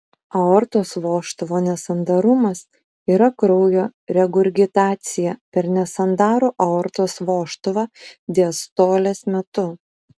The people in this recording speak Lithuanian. aortos vožtuvo nesandarumas yra kraujo regurgitacija per nesandarų aortos vožtuvą diastolės metu